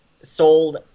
sold